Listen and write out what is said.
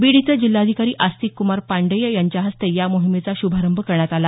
बीड इथं जिल्हाधिकारी आस्तिक कुमार पाण्डेय यांच्या हस्ते या मोहिमेचा शुभारंभ करण्यात आला